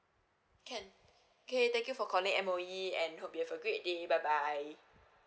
can okay thank you for calling M_O_E and hope you have a great day bye bye